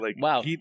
Wow